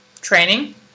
training